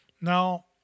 Now